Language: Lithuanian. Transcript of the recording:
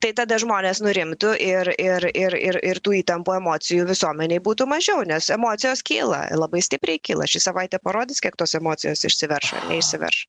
tai tada žmonės nurimtų ir ir ir ir ir tų įtampų emocijų visuomenėj būtų mažiau nes emocijos kyla labai stipriai kyla ši savaitė parodys kiek tos emocijos išsiverš ar neišsiverš